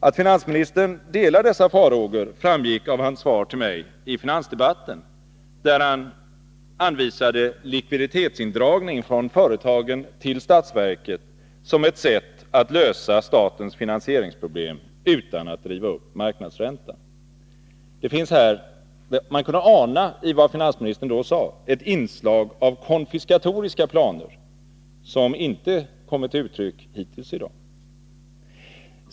Att finansministern delar dessa farhågor framgick av hans svar till mig i finansdebatten, där han anvisade likviditetsindragning från företagen till statsverket som ett sätt att lösa statens finansieringsproblem utan att driva upp marknadsräntan. Av det finansministern då sade kunde man ana ett inslag av konfiskatoriska planer som inte kommit till uttryck hittills i dag.